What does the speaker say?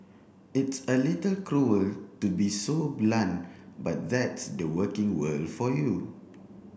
it's a little cruel to be so blunt but that's the working world for you